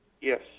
Yes